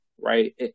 right